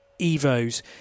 Evos